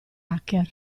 hacker